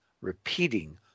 repeating